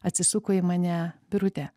atsisuko į mane birute